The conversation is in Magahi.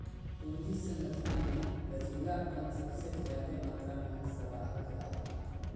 पूंजी संरचना मे लचीलापन सबसे ज्यादे मात्रा मे सराहल जा हाई